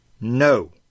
no